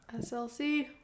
SLC